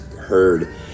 heard